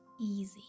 easy